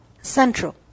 central